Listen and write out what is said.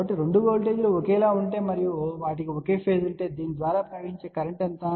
కాబట్టి 2 వోల్టేజీలు ఒకేలా ఉంటే మరియు వాటికి ఒకే ఫేజ్ ఉంటే దీని ద్వారా ప్రవహించే కరెంట్ ఎంత